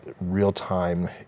real-time